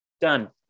Done